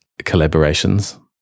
collaborations